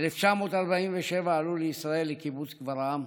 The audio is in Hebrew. ב-1947 עלו לישראל, לקיבוץ גברעם,